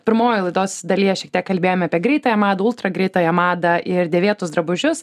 pirmojoj laidos dalyje šiek tiek kalbėjome apie greitąją madą ultra greitąją madą ir dėvėtus drabužius